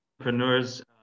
entrepreneurs